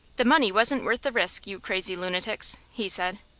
the money wasn't worth the risk, you crazy lunatics! he said.